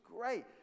great